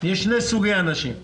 יש שני סוגי אנשים,